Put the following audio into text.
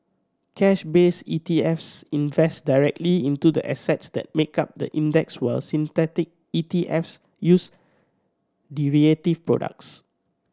cash based ETFs invest directly into the assets that make up the index while synthetic ETFs use derivative products